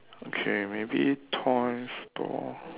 okay maybe toy store